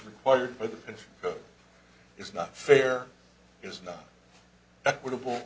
required but it is not fair is not equitable